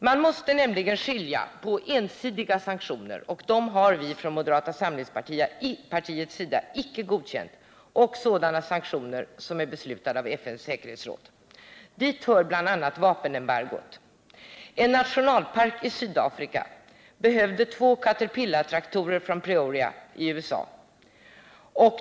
Man måste nämligen skilja på ensidiga sanktioner — sådana har vi från moderata samlingspartiets sida icke godkänt — och sådana sanktioner som är beslutade av FN:s säkerhetsråd, dit bl.a. vapenembargot hör. En nationalpark i Sydafrika behövde två caterpillartraktorer från Peoria i USA.